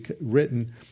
written